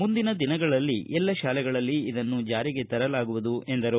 ಮುಂದಿನ ದಿನಗಳಲ್ಲಿ ಎಲ್ಲ ಶಾಲೆಗಳಲ್ಲಿ ಇದನ್ನು ಜಾರಿಗೆ ತರಲಾಗುವುದು ಎಂದರು